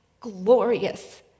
glorious